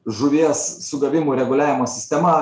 žuvies sugavimo reguliavimo sistema